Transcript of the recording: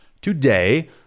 Today